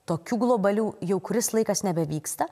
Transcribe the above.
tokių globalių jau kuris laikas nebevyksta